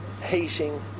hating